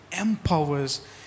empowers